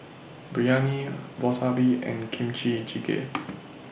Biryani Wasabi and Kimchi Jjigae